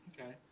Okay